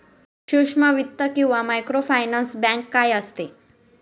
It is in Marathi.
सूक्ष्म वित्त किंवा मायक्रोफायनान्स बँक काय असते?